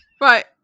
Right